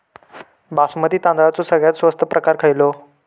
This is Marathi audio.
बासमती तांदळाचो सगळ्यात स्वस्त प्रकार खयलो?